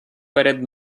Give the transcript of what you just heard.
перед